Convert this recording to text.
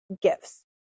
gifts